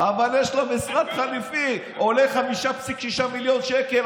אבל יש משרד חליפי, עולה 5.6 מיליון שקל.